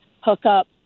hookup